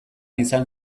izan